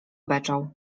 beczał